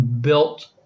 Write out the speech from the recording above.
built